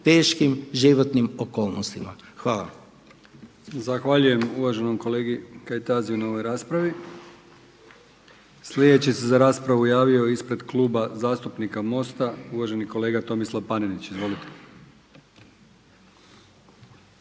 teškim životnim okolnostima. Hvala.